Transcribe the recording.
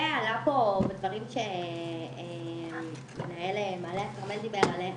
ועלו פה דברים שמנהל מעלה הכרמל דיבר עליהם,